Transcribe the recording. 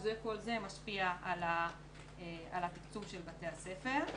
שכל זה משפיע על התקצוב של בתי הספר.